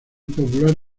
popular